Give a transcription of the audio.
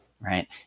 right